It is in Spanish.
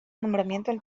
nombramiento